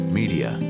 media